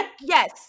yes